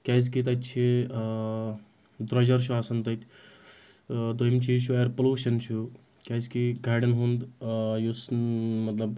کیازکہِ تَتہِ چھِ درٛۄجَر چھُ آسَان تَتہِ دوٚیِم چیٖز چھُ اِیر پلوٗشن چھُ کیازکہِ گاڑؠن ہُنٛد یُس مطلب